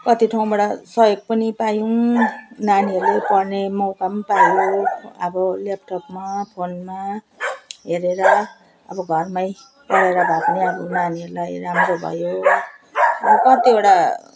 कति ठाउँबाट सहयोग पनि पायौँ नानीहरूले पढ्ने मौका पनि पायो अब ल्यापटपमा फोनमा हेरेर अब घरमै पढेर भए पनि अब नानीहरूलाई राम्रो भयो अब कत्तिवटा